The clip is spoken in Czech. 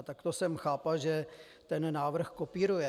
Tak to jsem chápal, že ten návrh kopíruje.